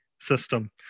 system